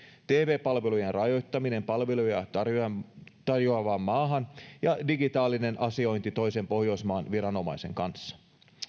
tv palveluiden rajoittaminen palveluja tarjoavaan tarjoavaan maahan ja digitaalinen asiointi toisen pohjoismaan viranomaisen kanssa